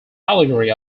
allegory